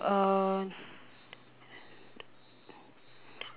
uh